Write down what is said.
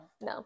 No